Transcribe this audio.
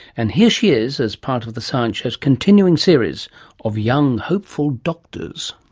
and here she is as part of the science show's continuing series of young hopeful doctors.